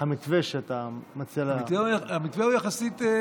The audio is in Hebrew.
רם בן ברק (יו"ר ועדת החוץ והביטחון): המתווה יחסית פשוט.